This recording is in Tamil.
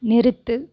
நிறுத்து